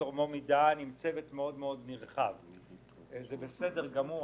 פרופסור מומי דהן עם צוות מאוד רחב - זה בסדר גמור,